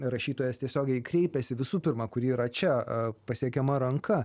rašytojas tiesiogiai kreipiasi visų pirma kuri yra čia pasiekiama ranka